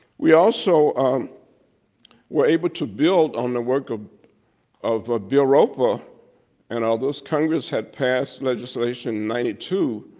we also were able to build on the work of of ah bill roper and others, congress had passed legislation ninety two,